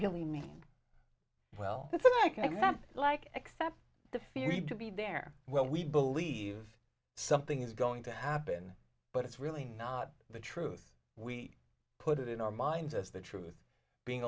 really mean well it's like that like except the fear need to be there when we believe something is going to happen but it's really not the truth we put it in our minds as the truth being